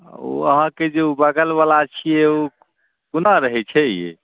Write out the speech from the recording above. ओ अहाँके जे ओ बगलवला छियै ओ कोना रहैत छै यै